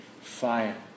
fire